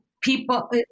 people